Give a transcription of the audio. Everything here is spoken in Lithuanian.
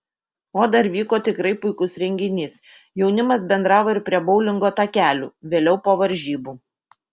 o dar vyko tikrai puikus renginys jaunimas bendravo ir prie boulingo takelių vėliau po varžybų